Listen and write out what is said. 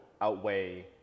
outweigh